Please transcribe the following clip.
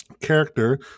character